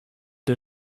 der